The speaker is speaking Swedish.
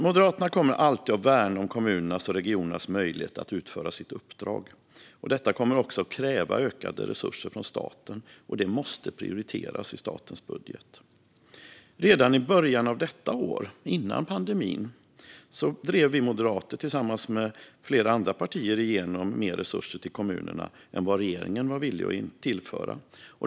Moderaterna kommer alltid att värna kommunernas och regionernas möjlighet att utföra sitt uppdrag. Detta kommer att kräva ökade resurser från staten, och det måste prioriteras i statens budget. Redan i början av detta år, före pandemin, drev vi moderater tillsammans med flera andra partier igenom mer resurser till kommunerna än vad regeringen var villig att tillföra.